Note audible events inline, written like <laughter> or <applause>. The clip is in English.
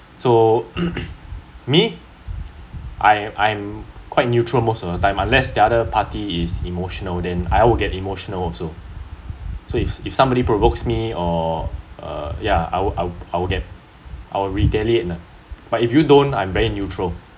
so <coughs> me I'm I'm quite neutral most of the time unless the other party is emotional then I would get emotional also so is if somebody provokes me or uh ya I'll I'll get I will retaliate lah but if you don't I'm very neutral